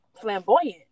flamboyant